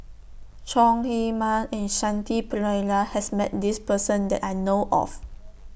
Chong Heman and Shanti Pereira has Met This Person that I know of